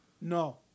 No